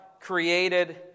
created